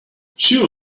sure